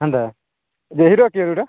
ହେନ୍ତା ହିରୋ କିଏ ହିରୋ